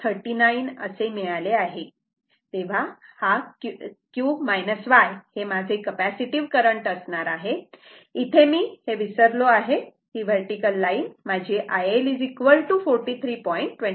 39 असे मिळाले आहे तेव्हा q y हे माझे कपॅसिटर करंट असणार आहे आणि इथे मी हे विसरलो आहे ही व्हर्टिकल लाईन माझी IL 43